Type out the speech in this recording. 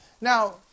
Now